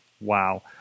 wow